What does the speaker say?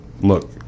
look